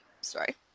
sorry